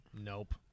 nope